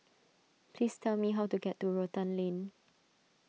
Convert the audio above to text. please tell me how to get to Rotan Lane